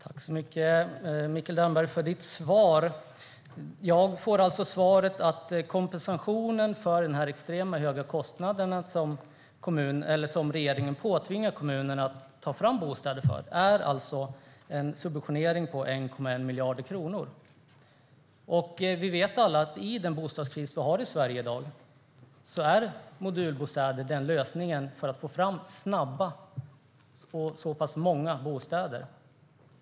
Herr talman! Tack för ditt svar, Mikael Damberg. Jag får alltså svaret att kompensationen för de extremt höga kostnader för att ta fram bostäder som regeringen påtvingar kommunerna är en subventionering på 1,1 miljard kronor. I den bostadskris vi har i dag vet vi alla att modulbostäder är lösningen för att få fram snabba - och tillräckligt många - bostäder.